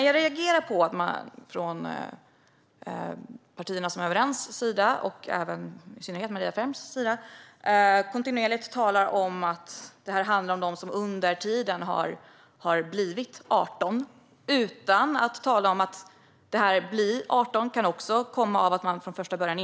Jag reagerar på att partierna som är överens och i synnerhet Maria Ferm kontinuerligt talar om att det handlar om dem som har blivit 18 år under tiden, utan att tala om att de kanske var äldre än de sa från första början.